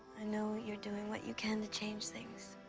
i know you're doing what you can to change things.